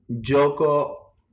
Joko